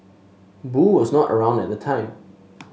boo was not around at the time